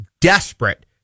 desperate